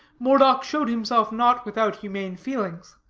moredock showed himself not without humane feelings.